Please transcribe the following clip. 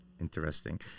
Interesting